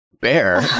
Bear